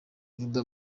juda